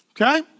okay